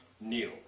kneel